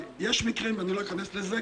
--- אני לא בחקירה נגדית.